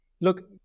Look